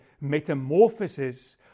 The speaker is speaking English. metamorphosis